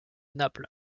naples